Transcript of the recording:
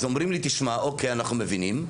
אומרים לי, תשמע, אוקיי, אנחנו מבינים.